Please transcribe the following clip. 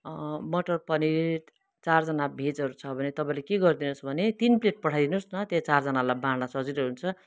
मटर पनिर चारजना भेजहरू छ भने तपाईँले के गरिदिनुहोस् भने तिन प्लेट पठाइदिनुहोस् न त्यही चारजनालाई बाँड्दा सजिलो हुन्छ